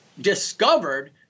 Discovered